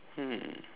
hmm